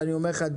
ואני אומר לך,